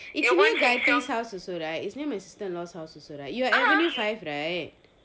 if you know daitin house also right is near my sister in law house also right you are unit five right